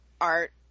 art